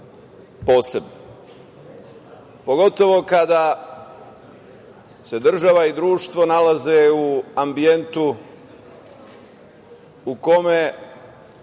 posebno. Pogotovo kada se država i društvo nalaze u ambijentu u kome